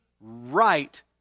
right